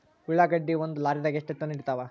ಉಳ್ಳಾಗಡ್ಡಿ ಒಂದ ಲಾರಿದಾಗ ಎಷ್ಟ ಟನ್ ಹಿಡಿತ್ತಾವ?